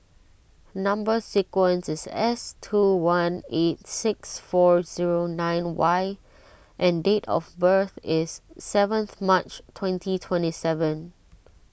Number Sequence is S two one eight six four zero nine Y and date of birth is seventh March twenty twenty seven